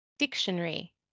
Dictionary